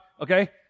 okay